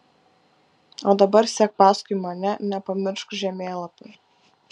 o dabar sek paskui mane nepamiršk žemėlapių